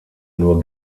nur